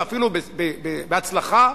ואפילו בהצלחה,